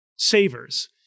savers